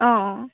অঁ